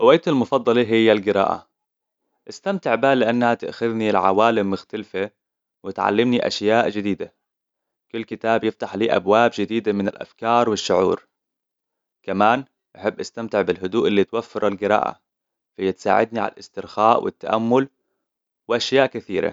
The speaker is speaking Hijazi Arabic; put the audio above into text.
هوايتي المفضلة هي القراءة. استمتع بها لأنها تأخذني لعوالم مختلفة وتعلمني أشياء جديدة. كل كتاب يفتح لي أبواب جديدة من الأفكار والشعور. كمان أحب أستمتع بالهدوء اللي توفر القراءة. فهي تساعدني على الاسترخاء والتأمل واشياء كثيرة.